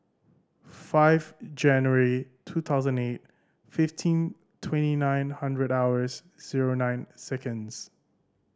five January two thousand eight fifteen twenty nine hundred hours zero nine seconds